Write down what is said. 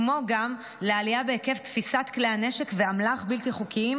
כמו גם לעלייה בהיקף תפיסת כלי הנשק ואמל"ח בלתי חוקיים,